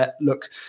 look